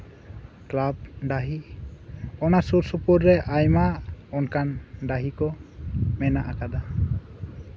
club ᱰᱟᱹᱦᱤ ᱚᱱᱟ ᱥᱩᱨᱼᱥᱩᱯᱩᱨ ᱟᱭᱢᱟ ᱚᱱᱠᱟᱱ ᱰᱟᱹᱦᱤ ᱠᱚ ᱢᱮᱱᱟᱜ ᱟᱠᱟᱫᱟ